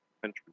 country